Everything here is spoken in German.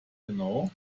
genau